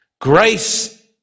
Grace